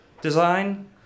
design